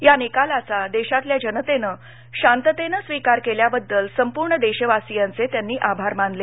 या निकालाचा देशातल्या जनतेनं शांततेने स्वीकार केल्याबद्दल संपूर्ण देशवासीयांचे त्यांनी आभार मानले